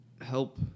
help